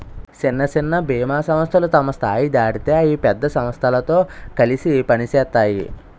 సిన్న సిన్న బీమా సంస్థలు తమ స్థాయి దాటితే అయి పెద్ద సమస్థలతో కలిసి పనిసేత్తాయి